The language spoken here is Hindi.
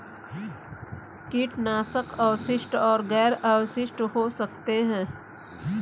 कीटनाशक अवशिष्ट और गैर अवशिष्ट हो सकते हैं